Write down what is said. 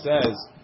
says